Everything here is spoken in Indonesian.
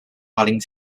paling